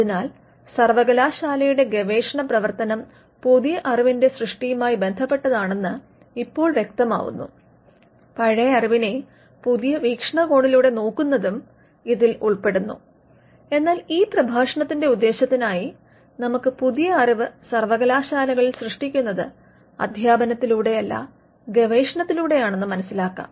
അതിനാൽ സർവകലാശാലയുടെ ഗവേഷണ പ്രവർത്തനം പുതിയ അറിവിന്റെ സൃഷ്ടിയുമായി ബന്ധപ്പെട്ടതാണെന്ന് ഇപ്പോൾ വ്യക്തമാവുന്നു പഴയ അറിവിനെ പുതിയ വീക്ഷണകോണിലൂടെ നോക്കുന്നതും ഇതിൽ ഉൾപ്പെടുന്നു എന്നാൽ ഈ പ്രഭാഷണത്തിന്റെ ഉദ്ദേശ്യത്തിനായി നമുക്ക് പുതിയ അറിവ് സർവ്വകലാശാലകളിൽ സൃഷ്ടിക്കുന്നത് അധ്യാപനത്തിലൂടെയല്ല ഗവേഷണത്തിലൂടെയാണെന്ന് മനസ്സിലാക്കാം